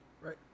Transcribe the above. Right